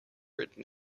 written